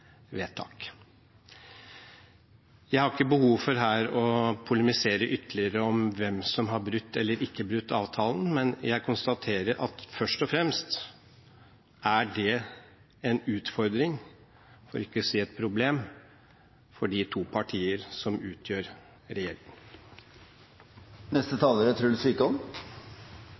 vedtak. Jeg har ikke behov for å polemisere ytterligere om hvem som har brutt eller ikke brutt avtalen, men jeg konstaterer at først og fremst er det en utfordring, for ikke å si et problem, for de to partier som utgjør